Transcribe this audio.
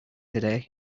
today